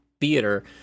theater